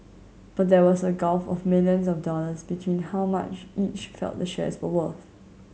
but there was a gulf of millions of dollars between how much each felt the shares were worth